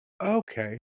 Okay